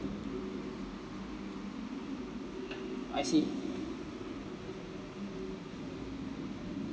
I see